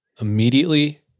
Immediately